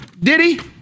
diddy